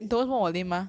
damn lame